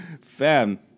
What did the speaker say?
fam